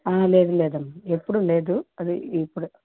లేదు లేదమ్మ ఎప్పుడూ లేదు అది ఇప్పుడే